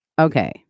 Okay